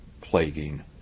plaguing